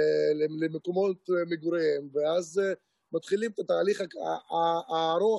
קודם כול, לגבי האירוע.